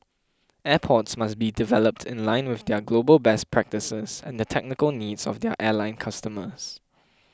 airports must be developed in line with their global best practices and the technical needs of their airline customers